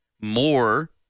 more